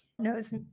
knows